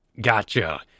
Gotcha